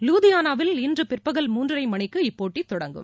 லூதியானாவில் இன்று பிற்பகல் மூன்றரை மணிக்கு போட்டி தொடங்கும்